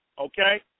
okay